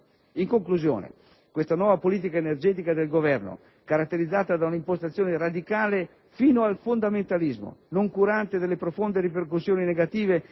In conclusione, questa nuova politica energetica del Governo, caratterizzata da un'impostazione radicale fino al fondamentalismo, noncurante delle profonde ripercussioni negative